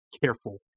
careful